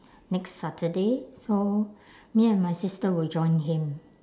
next saturday so me and my sister will join him